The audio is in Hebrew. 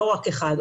לא רק אחד,